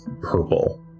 purple